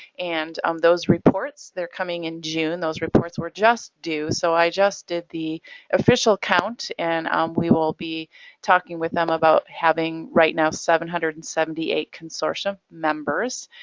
and um those reports, they're coming in june. those reports were just due so i just did the official count and we will be talking with them about having, right now, seven hundred and seventy eight consortium members.